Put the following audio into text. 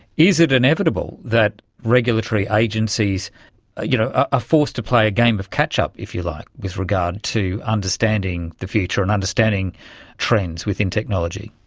is it inevitable that regulatory agencies are you know ah forced to play a game of catch up, if you like, with regard to understanding the future and understanding trends within technology?